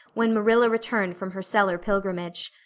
when marilla returned from her cellar pilgrimage.